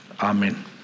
Amen